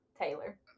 Taylor